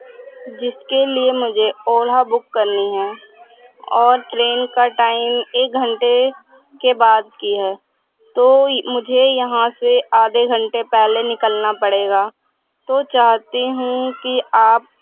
جس کے لیے مجھے اولا بک کرنی ہے اور ٹرین کا ٹائم ایک گھنٹے کے بعد کی ہے تو مجھے یہاں سے آدھے گھنٹے پہلے نکلنا پڑے گا تو چاہتی ہوں کہ آپ